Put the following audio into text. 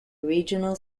regional